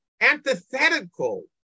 antithetical